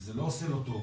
וזה לא עושה לו טוב,